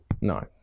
No